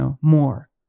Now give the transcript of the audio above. more